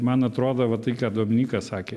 man atrodo va tai ką dominykas sakė